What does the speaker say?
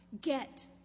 get